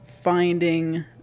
finding